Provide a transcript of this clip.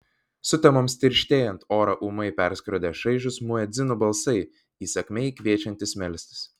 sutemoms tirštėjant orą ūmai perskrodė šaižūs muedzinų balsai įsakmiai kviečiantys melstis